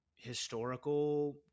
historical